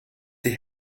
die